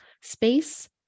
space